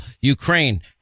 Ukraine